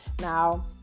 Now